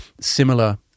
similar